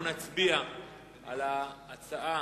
אנחנו נצביע על ההצעה